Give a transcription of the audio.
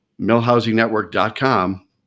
millhousingnetwork.com